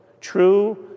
true